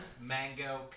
mango